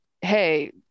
hey